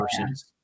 versus